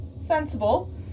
Sensible